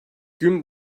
gün